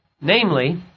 namely